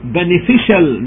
beneficial